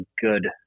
good